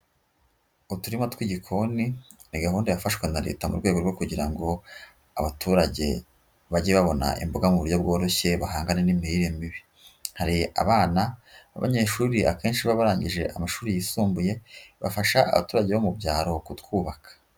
Uturima tw'igikoni ni gahunda yafashwe na Leta mu rwego rwo kugira ngo abaturage bajye babona imboga mu buryo bworoshye bahangane n'imirire mibi, hari abana b'abanyeshuri akenshi baba barangije amashuri yisumbuye bafasha abaturage bo mu byaro kutwubaka.